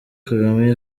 kagame